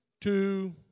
two